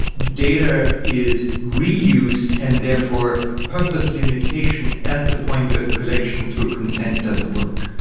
data is reused, and therefore purpose limitation at the point of collection through consent doesn't work.